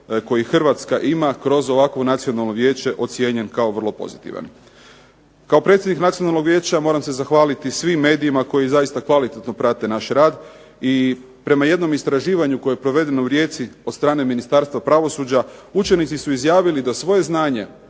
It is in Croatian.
koji Hrvatska ima kroz ovakvo Nacionalno vijeće ocijenjen kao vrlo pozitivan. Kao predsjednik Nacionalnog vijeća moram se zahvaliti svim medijima koji zaista kvalitetno prate naš rad. I prema jednom istraživanju koje je provedeno u Rijeci od strane Ministarstva pravosuđa učenici su izjavili da svoje znanje